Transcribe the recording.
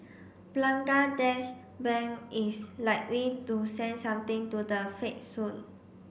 Bangladesh Bank is likely to send something to the Fed soon